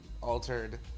altered